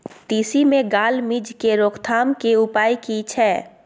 तिसी मे gall midge के रोकथाम के उपाय की छै?